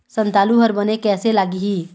संतालु हर बने कैसे लागिही?